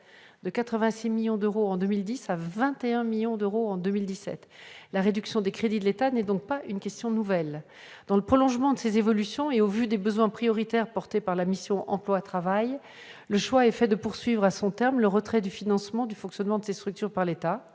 de 86 millions en 2010 à 21 millions d'euros en 2017. La réduction des crédits de l'État n'est donc pas une question nouvelle. Dans le prolongement de ces évolutions et au vu des besoins prioritaires portés par la mission « Travail et emploi », le choix a été fait de poursuivre jusqu'à son terme le retrait du financement du fonctionnement de ces structures par l'État.